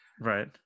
right